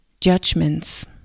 judgments